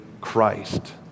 Christ